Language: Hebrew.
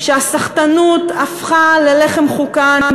שהסחטנות הפכה ללחם חוקן.